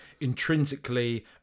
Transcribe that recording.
intrinsically